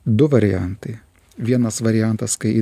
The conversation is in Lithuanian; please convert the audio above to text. du variantai vienas variantas kai